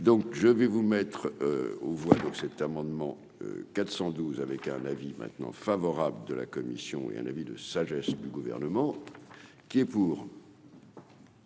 donc je vais vous mettre. Oh voit donc cet amendement 412 avec un la vie maintenant favorable de la commission et un avis de sagesse du gouvernement qui est pour.